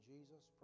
Jesus